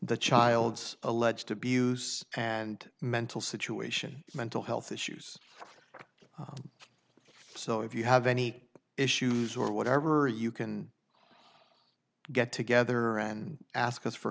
the child's alleged abuse and mental situation mental health issues so if you have any issues or whatever you can get together and ask us for